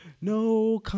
no